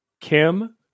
Kim